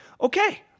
Okay